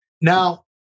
Now